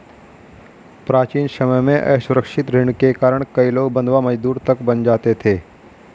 प्राचीन समय में असुरक्षित ऋण के कारण कई लोग बंधवा मजदूर तक बन जाते थे